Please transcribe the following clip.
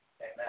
amen